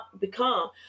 become